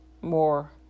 more